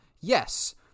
yes